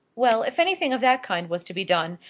well, if anything of that kind was to be done,